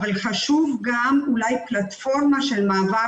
אבל חשוב גם אולי פלטפורמה של מעבר